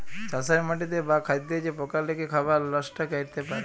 চাষের মাটিতে বা খাদ্যে যে পকা লেগে খাবার লষ্ট ক্যরতে পারে